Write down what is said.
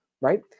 right